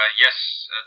yes